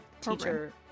teacher